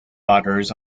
otters